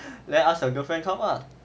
then ask your girlfriend come mah